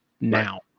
now